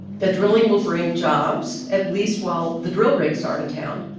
the drilling will bring jobs, at least while the drill rigs are in town,